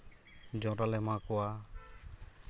ᱡᱚᱱᱰᱨᱟᱞᱮ ᱮᱢᱟ ᱠᱚᱣᱟ